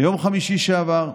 ביום חמישי שעבר,